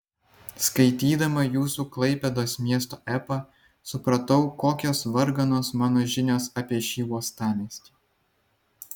skaitydama jūsų klaipėdos miesto epą supratau kokios varganos mano žinios apie šį uostamiestį